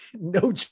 No